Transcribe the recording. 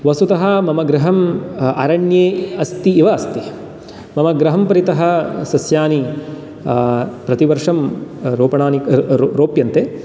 वस्तुतः मम गृहं अरण्ये अस्ति इव अस्ति मम गृहं परितः सस्यानि प्रतिवर्षं रोपणानि रोप्यन्ते